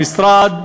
המשרד